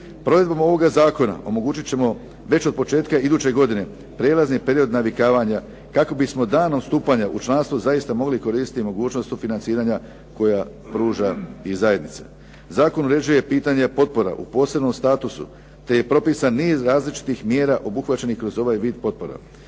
Provedbom ovoga zakona omogućit ćemo već od početka iduće godine prelazni period navikavanja kako bismo danom stupanja u članstvo zaista mogli koristiti i mogućnost sufinanciranja koju pruža i zajednica. Zakon uređuje i pitanje potpora u posebnom statusu te je propisan niz različitih mjera obuhvaćenih kroz ovaj vid potpora.